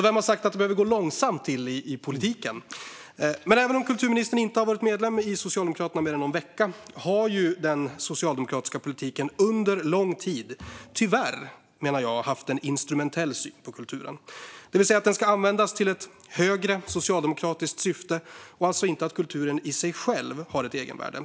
Vem har sagt att det behöver gå långsamt i politiken? Även om kulturministern inte har varit medlem i Socialdemokraterna i mer än en vecka har den socialdemokratiska politiken under lång tid tyvärr haft en instrumentell syn på kulturen, det vill säga att den ska användas till ett högre socialdemokratiskt syfte och att kulturen alltså inte har ett egenvärde.